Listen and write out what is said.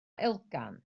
elgan